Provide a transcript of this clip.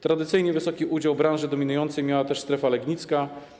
Tradycyjnie wysoki udział branży dominującej miała też strefa legnicka.